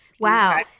Wow